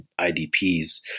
IDPs